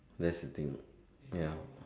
that's the thing ya